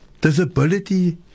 Disability